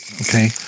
Okay